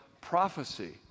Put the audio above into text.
prophecy